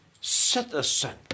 citizen